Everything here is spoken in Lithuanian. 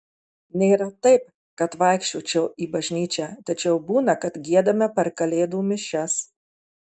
nėra taip kad vaikščiočiau į bažnyčią tačiau būna kad giedame per kalėdų mišias